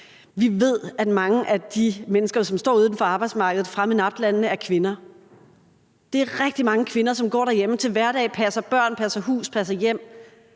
Vi ved, at mange af de mennesker, som står uden for arbejdsmarkedet, fra MENAPT-landene er kvinder. Det er rigtig mange kvinder, som går derhjemme til hverdag og passer børn og passer hus og passer hjem.